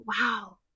wow